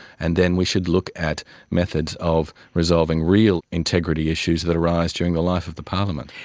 and then we should look at methods of resolving real integrity issues that arise during the life of the parliament.